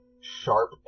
sharp